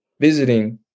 visiting